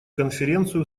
конференцию